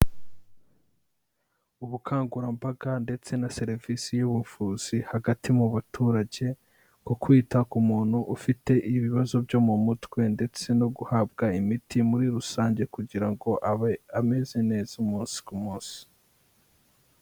Ubukangurambaga ndetse na serivisi y'ubuvuzi hagati mu baturage ku kwita ku muntu ufite ibibazo byo mu mutwe ndetse no guhabwa imiti muri rusange kugira ngo abe ameze neza umunsi k'umunsi.